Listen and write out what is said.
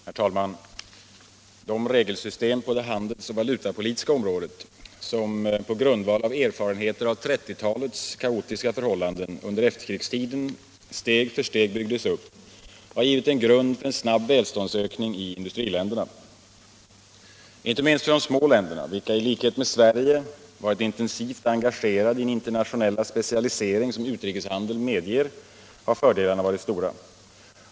Herr talman! De regelsystem på det handelsoch valutapolitiska området som på grundval av erfarenheter av 1930-talets kaotiska förhållanden under efterkrigstiden steg för steg byggdes upp har givit en grund för en snabb välståndsökning i industriländerna. Inte minst för de små länder, vilka i likhet med Sverige varit intensivt engagerade i den internationella specialisering som utrikeshandel medger, har fördelarna varit stora.